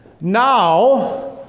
Now